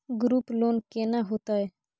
Group loan केना होतै?